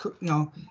no